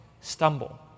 stumble